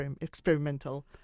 experimental